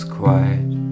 quiet